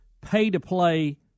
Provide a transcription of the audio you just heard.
pay-to-play